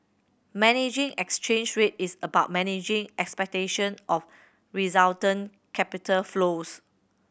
managing exchange rate is about managing expectation of resultant capital flows